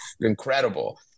incredible